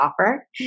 offer